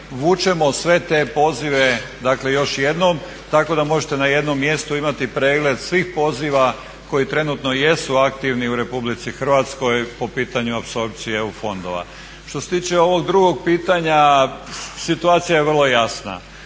vučemo sve te pozive dakle još jednom tako da možete na jednom mjestu imati pregled svih poziva koji trenutno jesu aktivni u Republici Hrvatskoj po pitanju apsorpcije EU fondova. Što se tiče ovog drugog pitanja, situacija je vrlo jasna.